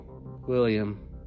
William